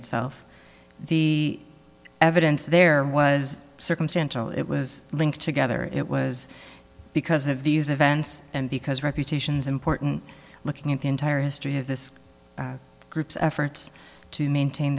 itself the evidence there was circumstantial it was linked together it was because of these events and because reputations important looking at the entire history of this group's efforts to maintain